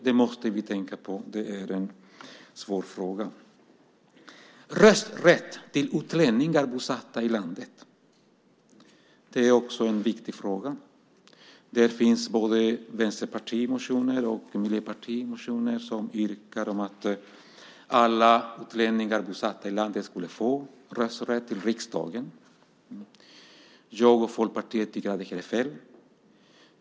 Det måste vi tänka på. Det är en svår fråga. Rösträtt för utlänningar bosatta i landet är också en viktig fråga. Där finns motioner från Vänsterpartiet och Miljöpartiet med förslag om att alla utlänningar bosatta i landet skulle få rösträtt i val till riksdagen. Jag och Folkpartiet tycker att det är fel.